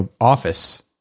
office